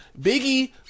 Biggie